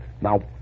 Now